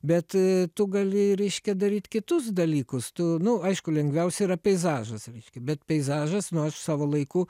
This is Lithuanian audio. bet tu gali reiškia daryt kitus dalykus tu nu aišku lengviausia yra peizažas reiškia bet peizažas nu aš savo laiku